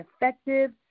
effective